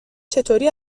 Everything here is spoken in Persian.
چطوری